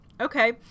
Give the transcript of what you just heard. Okay